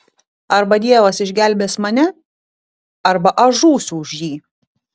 arba dievas išgelbės mane arba aš žūsiu už jį